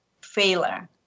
failure